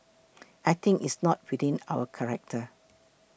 I think it is not within our character